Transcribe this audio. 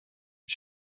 get